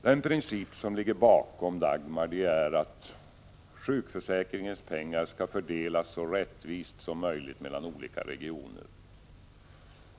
Den princip som ligger bakom Dagmarreformen är att sjukförsäkringens pengar skall fördelas så rättvist som möjligt mellan olika regioner.